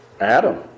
Adam